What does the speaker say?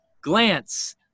glance